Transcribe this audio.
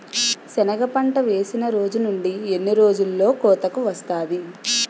సెనగ పంట వేసిన రోజు నుండి ఎన్ని రోజుల్లో కోతకు వస్తాది?